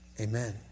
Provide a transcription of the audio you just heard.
Amen